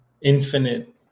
infinite